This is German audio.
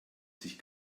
sich